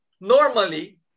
normally